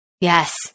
Yes